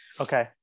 Okay